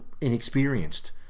inexperienced